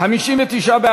לסעיף 70,